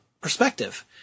perspective